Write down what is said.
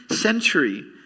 century